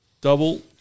double